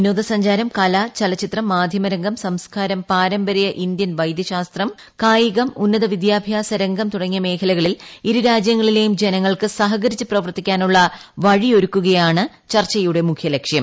വിനോദ സഞ്ചാരം കല ചലച്ചിത്രം മാധ്യമ രംഗം സാംസ്കാരം പാരമ്പരൃ ഇന്തൃൻ വൈദൃശാസ്ത്രം കായികം ഉന്നത വിദ്യാഭ്യാസ രംഗം തുടങ്ങിയ മേഖലകളിൽ ഇരു രാജ്യങ്ങളിലേയും ജനങ്ങൾക്ക് സഹകരിച്ച് പ്രവർത്തിക്കാനുള്ള വഴിയൊരുക്കുകയാണ് ചർച്ചയുടെ മുഖൃ ലക്ഷ്യം